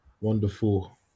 wonderful